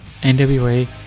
NWA